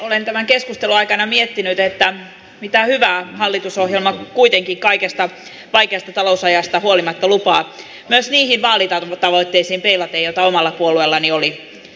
olen tämän keskustelun aikana miettinyt mitä hyvää hallitusohjelma kuitenkin kaikesta vaikeasta talousajasta huolimatta lupaa myös niihin vaalitavoitteisiin peilaten joita omalla puolueellani oli